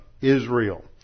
Israel